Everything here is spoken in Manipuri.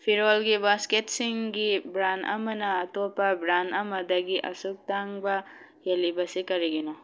ꯐꯤꯔꯣꯜꯒꯤ ꯕꯥꯁꯀꯦꯠꯁꯤꯡꯒꯤ ꯕ꯭ꯔꯥꯟ ꯑꯃꯅ ꯑꯇꯣꯞꯄ ꯕ꯭ꯔꯥꯟ ꯑꯃꯗꯒꯤ ꯑꯁꯨꯛ ꯇꯥꯡꯕ ꯍꯦꯜꯂꯤꯕꯁꯤ ꯀꯔꯤꯒꯤꯅꯣ